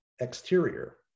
exterior